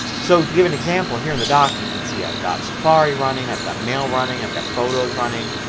so to give an example here in the dock you can see i've got safari running, i've got mail running, i've got photos running.